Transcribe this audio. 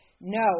No